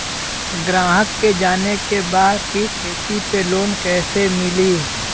ग्राहक के जाने के बा की खेती पे लोन कैसे मीली?